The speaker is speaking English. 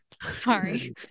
Sorry